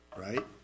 right